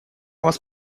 вас